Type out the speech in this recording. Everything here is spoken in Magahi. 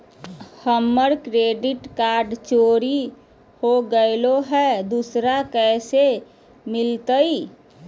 हमर क्रेडिट कार्ड चोरी हो गेलय हई, दुसर कैसे मिलतई?